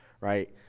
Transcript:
right